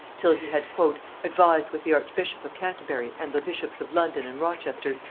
till he had advised with the archbishop of canterbury and the bishops of london and rochester,